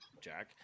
Jack